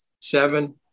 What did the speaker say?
seven